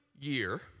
year